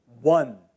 one